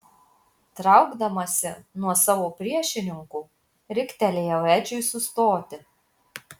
traukdamasi nuo savo priešininko riktelėjau edžiui sustoti